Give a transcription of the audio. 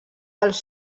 els